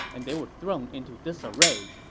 and they were thrown into disarray,